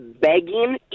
begging